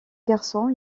garçons